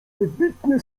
wybitnie